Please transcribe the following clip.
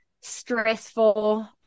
stressful